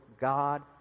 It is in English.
God